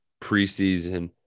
preseason